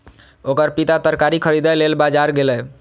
ओकर पिता तरकारी खरीदै लेल बाजार गेलैए